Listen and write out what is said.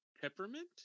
peppermint